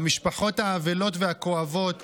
למשפחות האבלות והכואבות